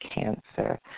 cancer